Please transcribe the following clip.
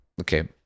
okay